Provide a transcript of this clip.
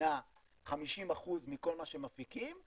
כמדינה 50% מכל מה שמפיקים,